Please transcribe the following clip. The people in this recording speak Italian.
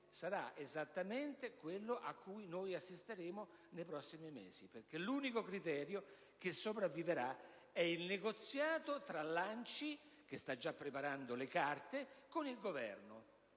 sarà esattamente ciò a cui noi assisteremo nei prossimi mesi, perché l'unico criterio che sopravviverà sarà il negoziato dell'ANCI, che sta già preparando la documentazione, con il Governo.